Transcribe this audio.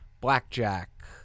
Blackjack